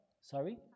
Sorry